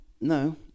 no